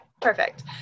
perfect